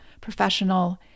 professional